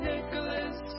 Nicholas